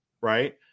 right